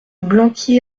blanqui